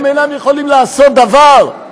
אינם יכולים לעשות דבר?